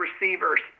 receivers